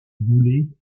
boulet